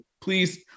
please